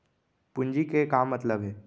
पूंजी के का मतलब हे?